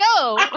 go